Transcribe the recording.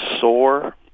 soar